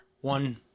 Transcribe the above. one